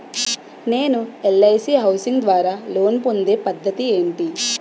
నేను LIC housing ద్వారా loan పొందే పద్ధతి ఏంటి?